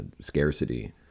scarcity